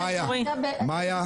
מאיה,